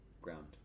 ground